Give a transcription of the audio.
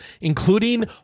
including